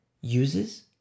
uses